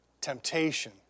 temptation